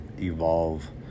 evolve